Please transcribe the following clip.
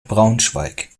braunschweig